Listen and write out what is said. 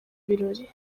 birori